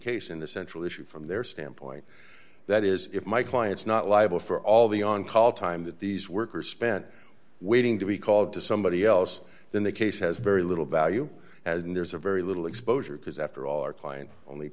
case in the central issue from their standpoint that is if my client's not liable for all the on call time that these workers spent waiting to be called to somebody else then the case has very little value as in there's a very little exposure because after all our client only